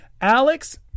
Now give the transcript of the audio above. Alex